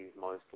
mostly